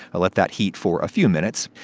i'll let that heat for a few minutes.